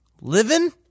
living